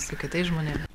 su kitais žmonėm